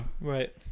Right